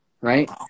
right